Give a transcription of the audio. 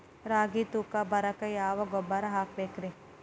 ರಾಗಿ ತೂಕ ಬರಕ್ಕ ಯಾವ ಗೊಬ್ಬರ ಹಾಕಬೇಕ್ರಿ?